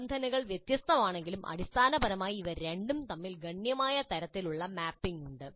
നിബന്ധനകൾ വ്യത്യസ്തമാണെങ്കിലും അടിസ്ഥാനപരമായി ഇവ രണ്ടും തമ്മിൽ ഗണ്യമായ തരത്തിലുള്ള മാപ്പിംഗ് ഉണ്ട്